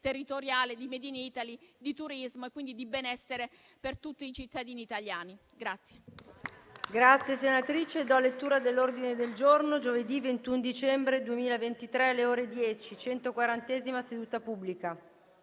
territoriale, di *made in Italy*, di turismo e quindi di benessere per tutti i cittadini italiani.